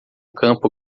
campo